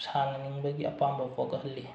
ꯁꯥꯟꯅꯅꯤꯡꯕꯒꯤ ꯑꯄꯥꯝꯕ ꯄꯣꯛꯍꯜꯂꯤ